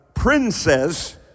princess